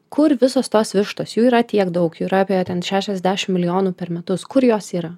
kur visos tos vištos jų yra tiek daug jų yra apie ten šešiasdešim milijonų per metus kur jos yra